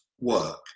work